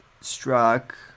struck